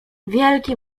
wielki